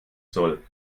soll